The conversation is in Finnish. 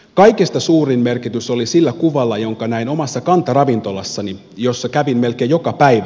kaikista suurin merkitys oli sillä mitä näin omassa kantaravintolassani jossa kävin melkein joka päivä